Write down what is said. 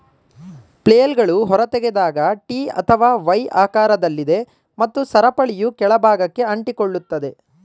ಫ್ಲೇಲ್ಗಳು ಹೊರತೆಗೆದಾಗ ಟಿ ಅಥವಾ ವೈ ಆಕಾರದಲ್ಲಿದೆ ಮತ್ತು ಸರಪಳಿಯು ಕೆಳ ಭಾಗಕ್ಕೆ ಅಂಟಿಕೊಳ್ಳುತ್ತದೆ